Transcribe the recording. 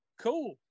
Cool